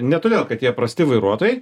ne todėl kad jie prasti vairuotojai